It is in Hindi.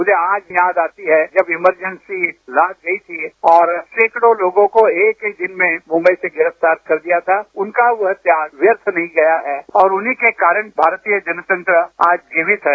मुझे आज याद आती है जब इमरजेंसी लाद दी थी आर सैंकड़ों लोगों को एक ही दिन में मुंबई से गिरफ्तार कर दिया था उनका वह त्याग व्यर्थ नहीं गया है और उन्हीं के कारण भारतीय जनतंत्र आज जीवित है